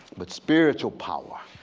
but spiritual power,